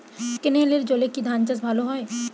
ক্যেনেলের জলে কি ধানচাষ ভালো হয়?